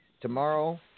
tomorrow